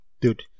Dude